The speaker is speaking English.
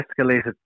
escalated